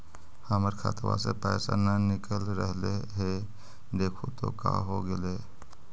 हमर खतवा से पैसा न निकल रहले हे देखु तो का होगेले?